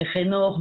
מחינוך,